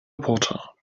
water